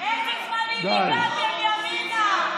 לאיזה זמנים הגעתם, ימינה,